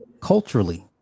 Culturally